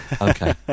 okay